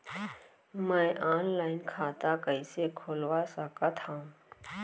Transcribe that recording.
मैं ऑनलाइन खाता कइसे खुलवा सकत हव?